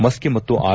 ಮಸ್ನಿ ಮತ್ತು ಆರ್